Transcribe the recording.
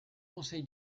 conseil